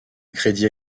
crédit